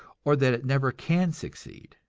or that it never can succeed.